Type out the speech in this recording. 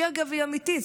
שהיא אגב אמיתית,